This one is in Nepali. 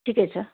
ठिकै छ